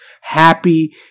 happy